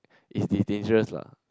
it's it's dangerous lah